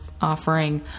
offering